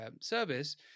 service